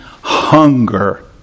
hunger